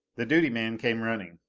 the duty man came running.